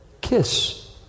kiss